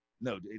no